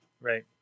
Right